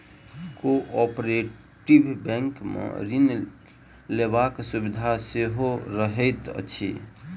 cooperative बैंकमे ऋण लेबाक सुविधा सेहो रहैत अछि